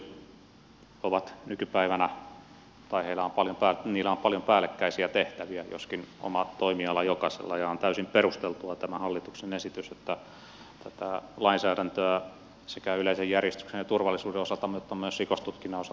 rajavartiostolla poliisilla ja tullilla on nykypäivänä paljon päällekkäisiä tehtäviä joskin oma toimiala jokaisella ja on täysin perusteltu tämä hallituksen esitys että tätä lainsäädäntöä sekä yleisen järjestyksen ja turvallisuuden että myös rikostutkinnan osalta harmonisoidaan